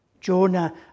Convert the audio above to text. Jonah